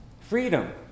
Freedom